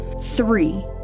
Three